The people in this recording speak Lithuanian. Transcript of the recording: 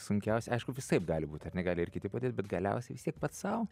sunkiausia aišku visaip gali būti ar ne gali ir kiti padėt bet galiausiai vis tiek pats sau